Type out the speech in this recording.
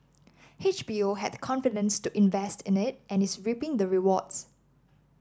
H B O had the confidence to invest in it and is reaping the rewards